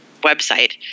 website